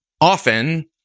often